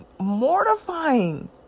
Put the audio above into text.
mortifying